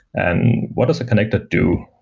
and what does a connector do?